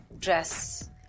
dress